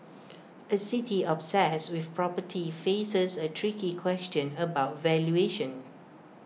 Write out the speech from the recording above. A city obsessed with property faces A tricky question about valuation